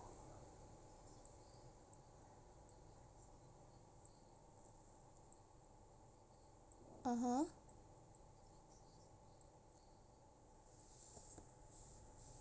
(uh huh)